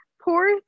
Poor